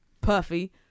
Puffy